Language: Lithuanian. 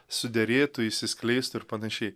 suderėtų išsiskleisti ir panašiai